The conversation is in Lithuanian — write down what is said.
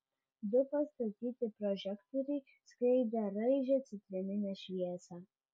du pastatyti prožektoriai skleidė raižią citrininę šviesą